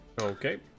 Okay